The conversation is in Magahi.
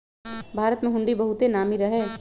भारत में हुंडी बहुते नामी रहै